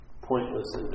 pointless